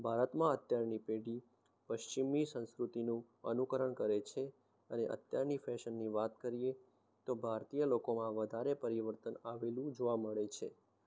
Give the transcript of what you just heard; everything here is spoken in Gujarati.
ભારતમાં અત્યારની પેઢી પશ્ચિમી સંસ્કૃતિનું અનુકરણ કરે છે અને અત્યારની ફેશનની વાત કરીએ તો ભારતીય લોકોમાં વધારે પરિવર્તન આવેલું જોવા મળે છે